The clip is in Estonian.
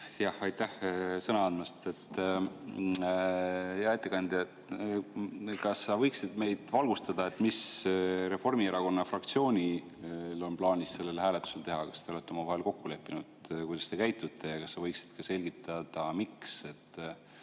ja aitäh sõna andmast! Hea ettekandja! Kas sa võiksid meid valgustada, mis Reformierakonna fraktsioonil on plaanis sellel hääletusel teha? Kas te olete omavahel kokku leppinud, kuidas te käitute, ja kas sa võiksid ka selgitada, miks? Me